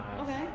Okay